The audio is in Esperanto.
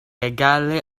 egale